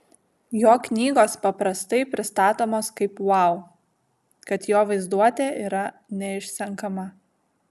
jo knygos paprastai pristatomos kaip vau kad jo vaizduotė yra neišsenkama